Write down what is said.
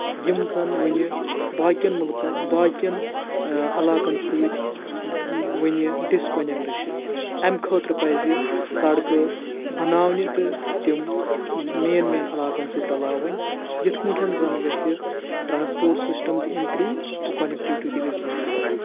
یِم زَن وٕنہِ باقین مُلکَن باقیَن علاقَن سۭتۍ وٕنہِ ڈِسکونیکٹ چھِ امہِ خٲطرٕ پَزِ سڑکہٕ بناونہِ تہٕ تِم مین مین علاقَن سۭتۍ رَلاوٕنۍ یِتھۍ پٲٹھۍ زَن گژھِ ٹرانسپوٹ سِسٹَم تہِ اِمپروٗ تہٕ کنیکٹِوِٹی تہِ گژھِ اِمپروٗ